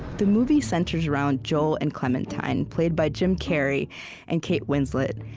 the movie centers around joel and clementine, played by jim carrey and kate winslet.